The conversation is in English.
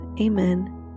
Amen